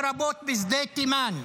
לרבות בשדה תימן.